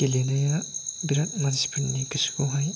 गेलेनाया बिराद मानसिफोरनि गोसोखौहाय